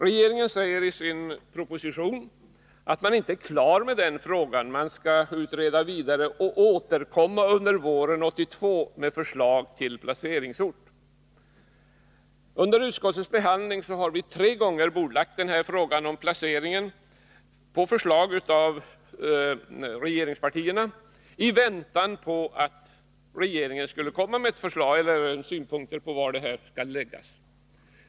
Regeringen säger i sin proposition att man inte är klar med den frågan, att man skall utreda vidare och återkomma under våren 1982 med förslag till placeringsort. Under utskottsbehandlingen har vi tre gånger bordlagt frågan om placeringen på förslag av regeringspartierna i väntan på att regeringen skulle meddela synpunkter på var verket skall placeras.